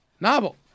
Novel